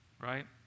Right